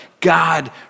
God